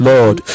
Lord